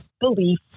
belief